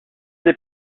des